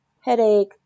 headache